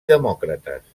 demòcrates